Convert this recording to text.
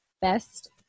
best